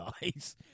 guys